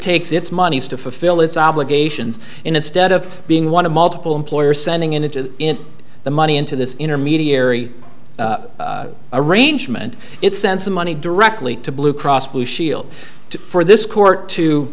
takes its monies to fulfill its obligations instead of being one of multiple employers sending images in the money into this intermediary arrangement it send some money directly to blue cross blue shield for this court to